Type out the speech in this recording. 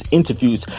interviews